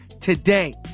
today